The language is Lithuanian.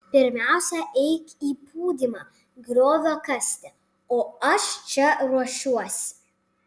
pirmiausia eik į pūdymą griovio kasti o aš čia ruošiuosi